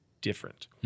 different